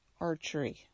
archery